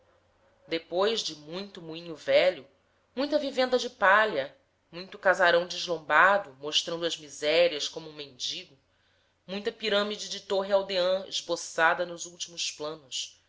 depois de muito moinho velho muita vivenda de palha muito casarão deslombado mostrando as misérias como um mendigo muita pirâmide de torre aldeã esboçada nos últimos planos